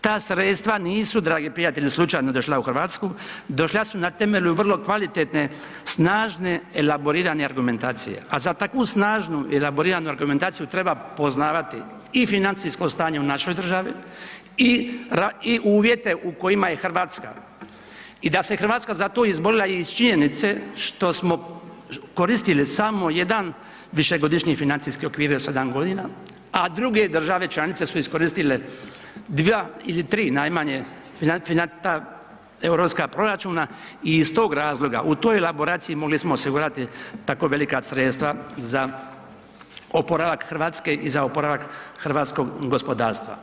Ta sredstva nisu dragi prijatelji, slučajno došla u Hrvatsku, došla na temelju vrlo kvalitetne, snažne elaborirane argumentacije a za takvu snažnu i elaboriranu argumentaciju, treba poznavati i financijsko stanje u našoj državi i uvjete u kojima je Hrvatska i da se Hrvatska za to izborila i iz činjenice što smo koristili samo jedan višegodišnji financijski okvir od 7 g. a druge članice su iskoristile 2 ili 3 najmanje ta europska proračuna i iz tog razloga, u toj elaboraciji mogli smo osigurati tako velika sredstva za oporavak Hrvatske i za oporavak hrvatskog gospodarstva.